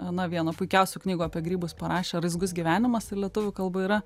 na vieną puikiausių knygų apie grybus parašė raizgus gyvenimas ir lietuvių kalba yra